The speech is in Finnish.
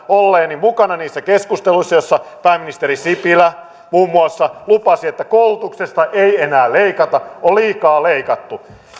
olleeni mukana niissä keskusteluissa joissa pääministeri sipilä muun muassa lupasi että koulutuksesta ei enää leikata on liikaa leikattu